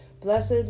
blessed